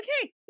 okay